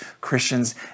Christians